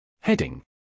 Heading